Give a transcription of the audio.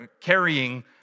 carrying